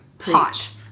hot